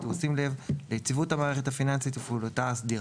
ובשים לב ליציבות המערכת הפיננסית ופעילותה הסדירה,